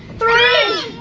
three!